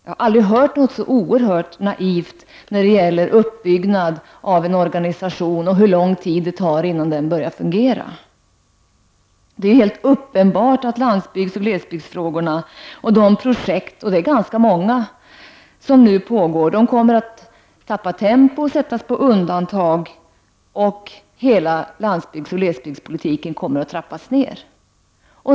Jag har aldrig hört någonting så naivt när det gäller uppbyggnad av en organisation och hur lång tid det tar innan den börjar fungera. Det är helt uppenbart att landsbygdsoch glesbygdsfrågorna och de projekt — och det är ganska många — som nu pågår kommer att tappa tempo, sättas på undantag. Hela landsbygdsoch glesbygdspolitiken kommer att trappas ned.